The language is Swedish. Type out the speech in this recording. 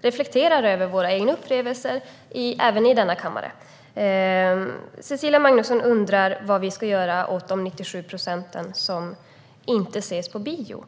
reflekterar över våra egna upplevelser även i denna kammare. Cecilia Magnusson undrar vad vi ska göra åt de 97 procent som inte ses på bio.